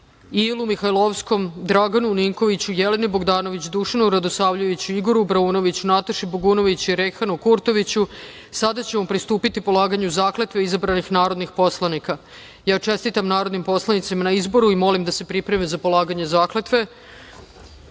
Ilu Mihajlovskom, Draganu Ninkoviću, Jeleni Bogdanović, Dušanu Radosavljeviću, Igoru Braunoviću, Nataši Bogunović i Rejhanu Kurtoviću, sada ćemo pristupiti polaganju zakletve izabranih narodnih poslanika. Čestitam narodnim poslanicima na izboru i molim da se pripreme za polaganje zakletve. Poštovani